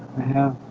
have